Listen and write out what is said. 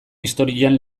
historian